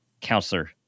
Counselor